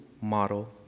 model